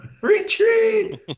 Retreat